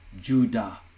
Judah